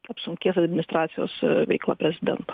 apsunkės administracijos veikla prezidento